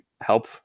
help